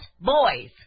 boys